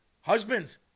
Husbands